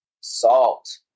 salt